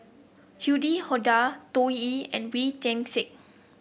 Yuni Hadi Tao Li and Wee Tian Siak